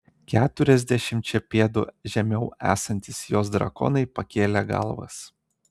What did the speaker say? keturiasdešimčia pėdų žemiau esantys jos drakonai pakėlė galvas